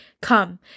come